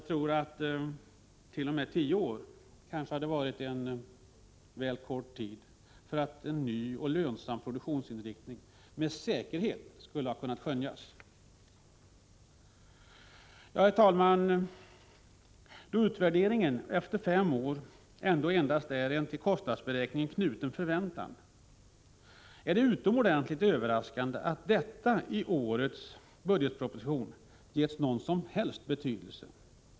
T. o. m. tio år hade kanske varit väl kort tid för att en ny och lönsam produktionsinriktning med säkerhet skulle ha kunnat skönjas. Herr talman! Då utvärdering efter fem år endast är en till kostnadsberäkningen knuten förväntan är det utomordentligt överraskande att detta i årets budgetproposition getts någon som helst betydelse.